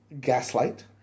Gaslight